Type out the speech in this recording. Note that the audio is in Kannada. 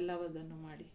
ಎಲ್ಲವನ್ನು ಮಾಡಿ